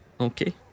Okay